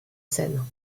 scène